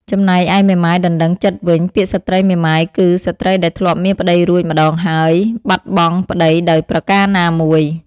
ចំណែកឯមេម៉ាយដណ្ដឹងចិត្តវិញ ពាក្យស្ត្រីមេម៉ាយគឺស្ត្រីដែលធ្លាប់មានប្ដីរួចម្ដងហើយៗបាត់បង់ប្ដីដោយប្រការណាមួយ ។